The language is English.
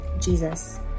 Jesus